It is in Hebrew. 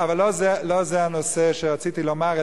אבל לא זה הנושא שרציתי לומר,